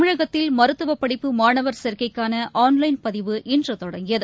தமிழகத்தில் மருத்துவப் படிப்பு மாணவர் சேர்க்கைக்கானஆன்லைன் பதிவு இன்றுதொடங்கியது